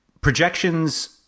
projections